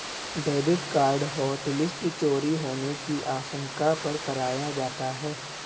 debit card hotlist चोरी होने की आशंका पर कराया जाता है